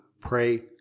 pray